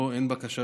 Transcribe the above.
אין בקשה,